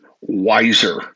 wiser